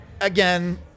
again